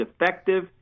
effective